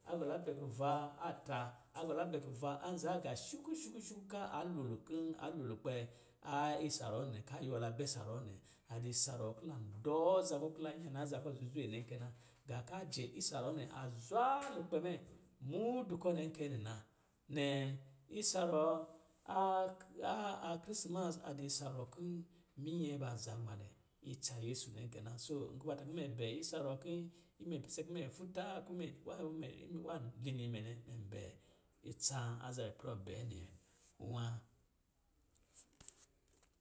A gɔ la bɛ kuva atra, a gɔ la bɛ kuva anzaaga shuku shuku shuku kaa a lo lu kɔ̄ a lo lukpɛ a isa ruwɔ nɛ ka yuwɔ la bɛ sa ruwɔ nɛ, adi isa ruwɔ ki lan dɔɔ aza kɔ̄, ki la nyana aza kɔ̄ zuzwe nɛ kɛ na gā ka jɛ isa ruwɔ nɛ a zwaa lukpɛ mɛ mudu kɔ̄ nɛ kɛ nɛ na. Nnɛ, isa ruwɔ a a krisimas a di isa ruwɔ kɔ̄ minyɛ ban zanmalɛ itsa yesu nɛ kɛ na. Soo, nkɔ̄ bata kɔ̄ mɛ bɛ isa ruwɔ kin imɛ pise ki imɛ fulaa wali ni mɛ nɛ, mɛ bɛ itsan a zabɛ plɔ bɛɛ nɛ wa.